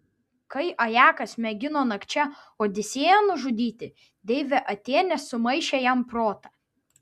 kai ajakas mėgino nakčia odisėją nužudyti deivė atėnė sumaišė jam protą